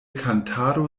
kantado